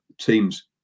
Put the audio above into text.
teams